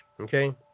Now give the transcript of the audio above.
Okay